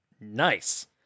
Nice